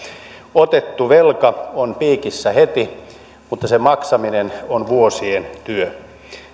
otettu velka on piikissä heti mutta sen maksaminen on vuosien työ